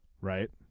right